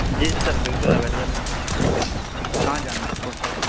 جی sir بالکل available ہیں ابھی کہاں جانا ہے آپ کو سر